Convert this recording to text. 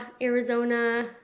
Arizona